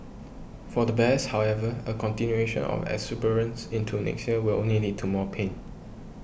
for the bears however a continuation of the exuberance into next year will only lead to more pain